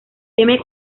teme